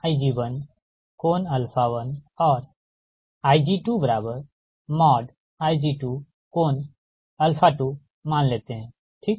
तोअब हम Ig1Ig11 और Ig2Ig22मान लेते है ठीक